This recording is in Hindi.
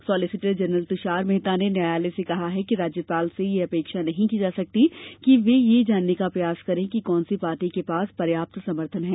सोलिसिटर जनरल तुषार मेहता ने न्यायालय से कहा कि राज्यपाल से यह अपेक्षा नहीं की जा सकती कि वे यह जानने का प्रयास करें कि कौन सी पार्टी के पास पर्याप्त समर्थन है